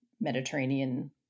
Mediterranean